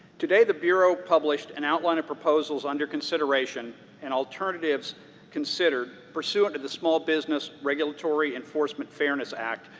today the bureau published an outline of proposals under consideration and alternatives considered pursuant to the small business regulatory enforcement fairness act,